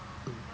uh